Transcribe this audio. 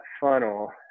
funnel